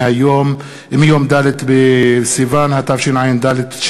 מיום ד' בסיוון התשע"ד,